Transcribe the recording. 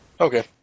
Okay